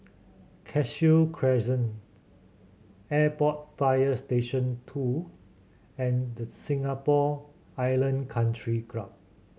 Cashew Crescent Airport Fire Station Two and Singapore Island Country Club